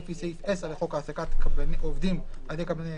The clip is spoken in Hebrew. לפי סעיף 10 לחוק העסקת עובדים על ידי קבלני